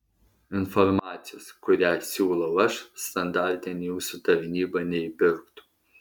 informacijos kurią siūlau aš standartinė jūsų tarnyba neįpirktų